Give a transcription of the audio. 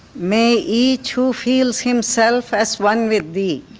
may each who feels himself as one with thee,